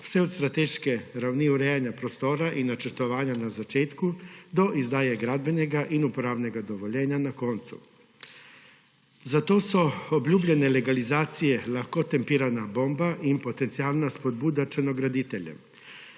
vse od strateške ravni urejanja prostora in načrtovanja na začetku do izdaje gradbenega in uporabnega dovoljenja na koncu. Zato so obljubljene legalizacije lahko tempirana bomba in potencialna spodbuda črnograditeljev.